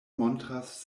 montras